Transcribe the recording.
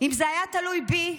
אם זה היה תלוי בי,